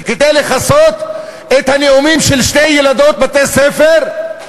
כדי לכסות את הנאומים של שתי ילדות בתי-ספר,